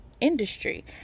industry